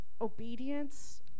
obedience